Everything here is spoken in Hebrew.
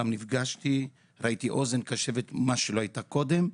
נפגשתי איתו וראיתי אוזן קשבת מה שלא היה קודם.